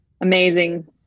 amazing